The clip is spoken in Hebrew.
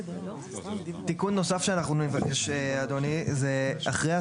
תיקון נוסף שאנחנו נבקש אדוני זה אחרי,